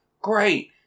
great